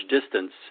distance